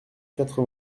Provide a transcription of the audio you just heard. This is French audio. quatre